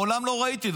מעולם לא ראיתי.